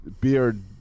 beard